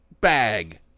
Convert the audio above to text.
bag